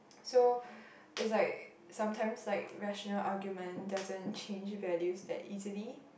so is like sometimes like rational argument doesn't change values that easily